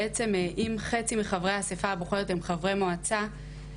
בעצם אם חצי מחברי המועצה הבוחרת הם